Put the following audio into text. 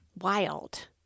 wild